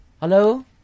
Hello